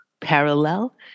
parallel